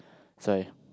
that's why